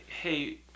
Hey